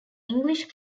english